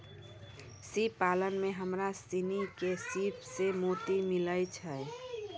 सिप पालन में हमरा सिनी के सिप सें मोती मिलय छै